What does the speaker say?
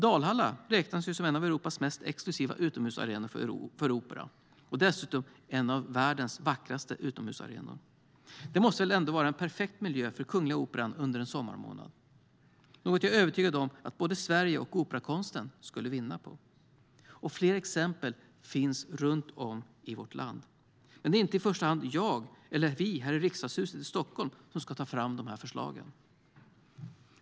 Dalhalla räknas ju som en av Europas mest exklusiva utomhusarenor för opera och är dessutom en av världens vackraste utomhusarenor. Det måste väl ändå vara en perfekt miljö för Kungliga Operan under en sommarmånad? Det är något som jag är övertygad om att både Sverige och operakonsten skulle vinna på. Fler exempel finns runt om i vårt land. Men det är inte i första hand jag eller vi här i Riksdagshuset i Stockholm som ska ta fram de förslagen.